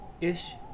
ish